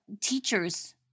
teachers